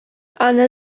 аны